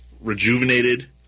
rejuvenated